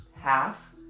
half